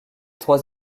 trois